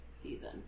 season